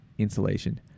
Insulation